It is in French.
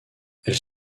elles